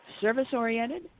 service-oriented